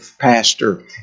pastor